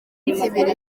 ibiri